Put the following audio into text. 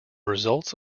results